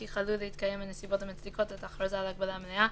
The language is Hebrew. כי חדלו להתקיים הנסיבות המצדיקות את ההכרזה על הגבלה מלאה,